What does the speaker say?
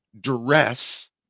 duress